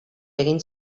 egin